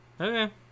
Okay